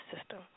system